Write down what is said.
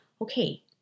okay